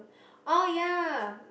oh ya